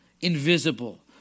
invisible